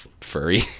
furry